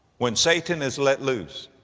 when satan is let loose.